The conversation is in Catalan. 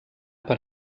per